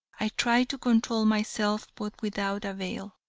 i tried to control myself but without avail.